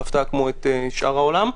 שאר העולם,